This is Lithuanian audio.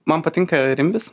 man patinka rimvis